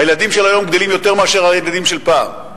הילדים של היום גדלים יותר מאשר הילדים של פעם,